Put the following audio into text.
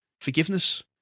forgiveness